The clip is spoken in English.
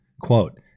Quote